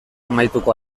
amaituko